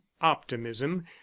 optimism